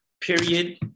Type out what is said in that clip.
period